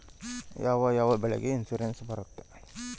ಯಾವ ಯಾವ ಬೆಳೆಗೆ ಇನ್ಸುರೆನ್ಸ್ ಬರುತ್ತೆ?